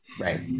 Right